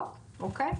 אני אסביר: כעקרון,